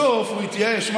בסוף, הוא התייאש.